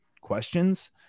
questions